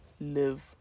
live